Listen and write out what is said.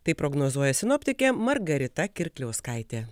taip prognozuoja sinoptikė margarita kirkliauskaitė